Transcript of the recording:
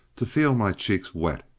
to feel my cheeks wet,